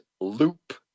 loop